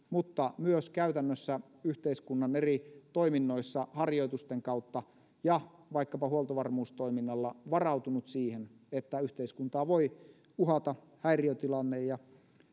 mutta myös käytännössä yhteiskunnan eri toiminnoissa harjoitusten kautta ja vaikkapa huoltovarmuustoiminnalla varautunut siihen että yhteiskuntaa voi uhata häiriötilanne